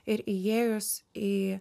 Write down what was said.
ir įėjus į